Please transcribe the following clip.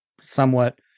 somewhat